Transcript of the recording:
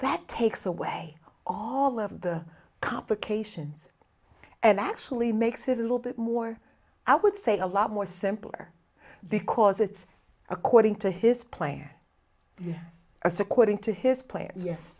that takes away all of the complications and actually makes it a little bit more i would say a lot more simpler because it's according to his plan yes as according to his pla